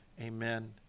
amen